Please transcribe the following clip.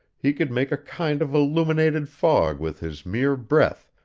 he could make a kind of illuminated fog with his mere breath,